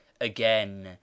Again